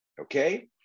okay